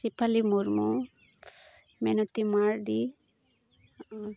ᱥᱮᱯᱷᱟᱞᱤ ᱢᱩᱨᱢᱩ ᱢᱤᱱᱚᱛᱤ ᱢᱟᱨᱰᱤ